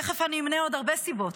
תכף אני אמנה עוד הרבה סיבות.